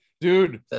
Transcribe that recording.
Dude